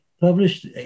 published